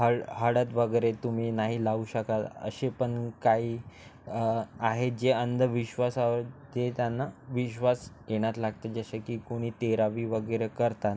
हळ हळद वगैरे तुम्ही नाही लावू शकल असे पण काही आहेत जे अंधविश्वासावर ते त्यांना विश्वास येणार लागते जसं की कुणी तेरावी वगैरे करता